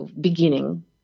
beginning